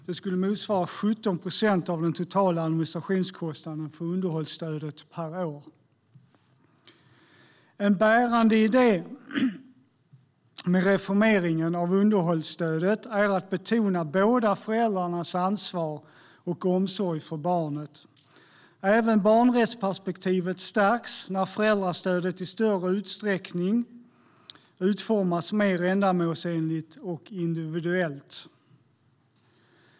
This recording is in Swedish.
Det skulle motsvara 17 procent av den totala administrationskostnaden för underhållsstödet per år. En bärande idé med reformeringen av underhållsstödet är att betona båda föräldrarnas ansvar för och omsorg om barnet. Även barnrättsperspektivet stärks när föräldrastödet i större utsträckning utformas mer ändamålsenligt och individuellt.